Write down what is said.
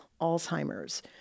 Alzheimer's